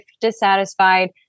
dissatisfied